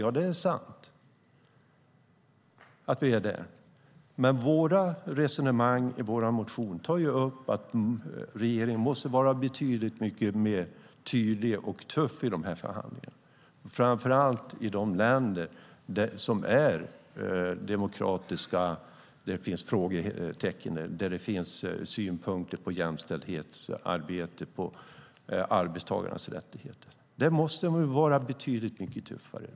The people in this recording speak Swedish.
Ja, det är sant att vi är det, men resonemangen i vår motion tar upp att regeringen måste vara betydligt tydligare och tuffare i de här förhandlingarna, framför allt gentemot de länder där det finns frågetecken och synpunkter på demokrati, på jämställdhetsarbete och på arbetstagarnas rättigheter. Där måste man vara mycket tuffare.